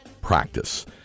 practice